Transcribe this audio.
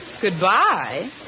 Goodbye